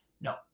No